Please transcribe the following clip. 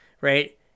Right